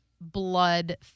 blood